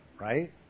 right